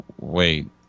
wait